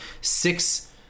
six